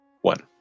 One